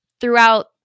throughout